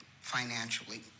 financially